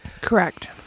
Correct